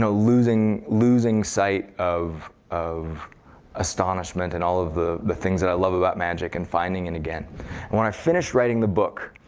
so losing losing sight of of astonishment, and all of the the things that i love about magic and finding it and again. and when i finished writing the book,